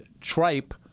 Tripe